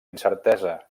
incertesa